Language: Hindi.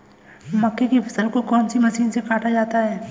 मक्के की फसल को कौन सी मशीन से काटा जाता है?